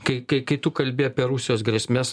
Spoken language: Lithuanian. kai kai kai tu kalbi apie rusijos grėsmes